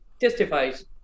testifies